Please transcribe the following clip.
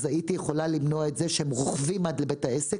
הייתי יכולה למנוע את זה שהם רוכבים עד לבית העסק,